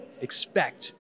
expect